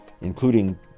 including